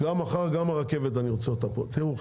אני רוצה שגם הרכבת תהיה פה מחר.